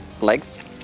legs